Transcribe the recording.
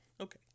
Okay